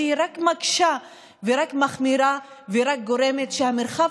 שרק מקשה ורק מחמירה ורק גורמת לכך שהמרחב